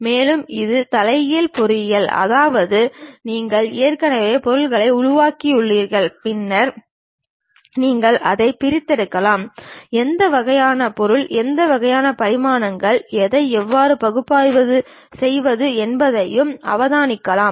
மேலும் இது தலைகீழ் பொறியியல் அதாவது நீங்கள் ஏற்கனவே பொருளை உருவாக்கியுள்ளீர்கள் பின்னர் நீங்கள் அதை பிரித்தெடுக்கலாம் எந்த வகையான பொருள் எந்த வகையான பரிமாணங்கள் அதை எவ்வாறு பகுப்பாய்வு செய்வது என்பதையும் அவதானிக்கலாம்